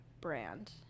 brand